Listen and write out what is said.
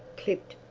clipped,